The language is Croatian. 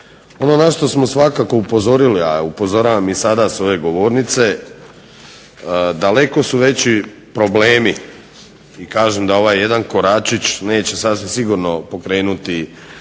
Ono na što smo svakako upozorili, a upozoravam i sada sa ove govornice, daleko su veći problemi i kažem da ovaj jedan koračić neće sasvim sigurno pokrenuti tržište